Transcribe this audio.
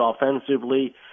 offensively